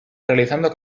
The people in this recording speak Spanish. realizando